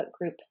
group